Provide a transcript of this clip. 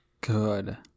Good